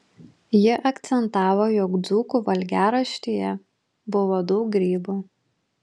ji akcentavo jog dzūkų valgiaraštyje buvo daug grybų